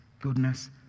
goodness